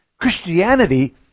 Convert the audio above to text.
Christianity